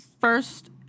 first